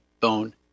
bone